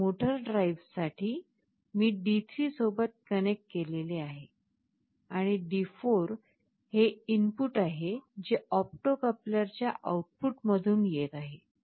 आणि मोटर ड्राइव्हसाठी मी D3 सोबत कनेक्ट केले आहे आणि D4 हे इनपुट आहे जे ऑप्टो कपलरच्या आउटपुटमधून येत आहे